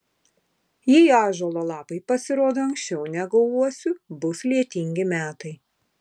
jei ąžuolo lapai pasirodo anksčiau negu uosių bus lietingi metai